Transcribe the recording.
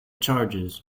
charges